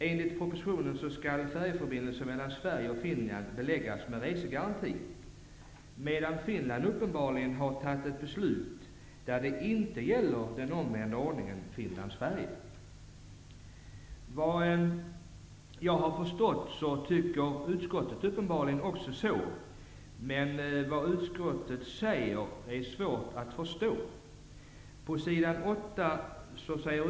Enligt propositionen skall resegaranti gälla vid färjeförbindelser från Sverige till Finland, medan det i Finland har fattats ett beslut om att resegaranti inte gäller den omvända ordningen, dvs. vid resor från Finland till Sverige. Vad jag har förstått tycker utskottet som jag, men det är svårt att förstå vad utskottet menar.